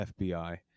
FBI